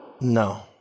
No